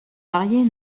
mariées